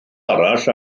arall